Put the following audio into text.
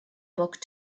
book